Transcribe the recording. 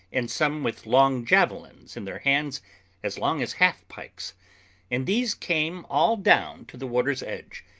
and some with long javelins in their hands as long as half-pikes and these came all down to the water's edge,